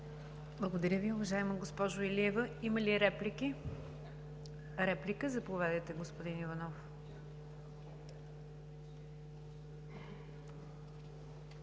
Благодаря Ви, уважаема госпожо Илиева. Има ли реплики? Заповядайте, господин Иванов,